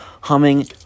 humming